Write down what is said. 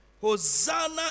Hosanna